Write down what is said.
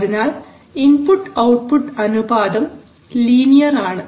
അതിനാൽ input output അനുപാതം linear ആണ്